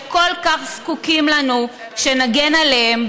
שכל כך זקוקים לנו שנגן עליהם,